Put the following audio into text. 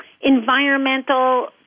environmental